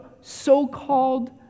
so-called